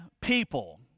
people